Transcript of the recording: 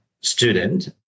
student